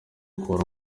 dukura